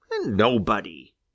Nobody